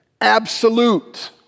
absolute